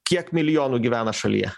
kiek milijonų gyvena šalyje